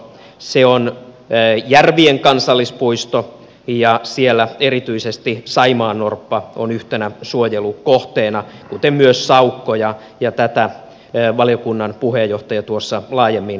se on järvien kansallispuisto ja siellä erityisesti saimaannorppa on yhtenä suojelukohteena kuten myös saukko ja tätä valiokunnan puheenjohtaja tuossa laajemmin läpi kävi